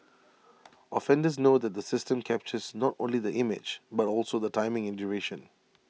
offenders know that the system captures not only the image but also the timing and duration